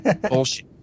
bullshit